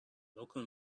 local